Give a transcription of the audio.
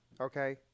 okay